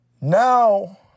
now